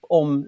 om